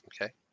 Okay